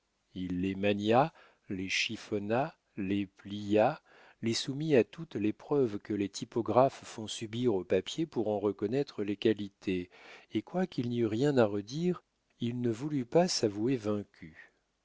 il les mania les chiffonna les plia les soumit à toutes les épreuves que les typographes font subir aux papiers pour en reconnaître les qualités et quoiqu'il n'y eût rien à redire il ne voulut pas s'avouer vaincu